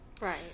right